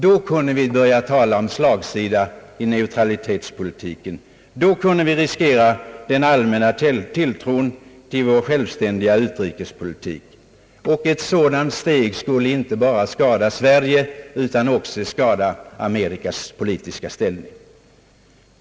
Då kunde vi börja tala om slagsida i neutralitetspolitiken, då kunde vi riskera den allmänna tilltron till vår självstän diga utrikespolitik. Ett sådant steg skulle inte bara skada Sverige utan också skada Amerikas politiska ställning.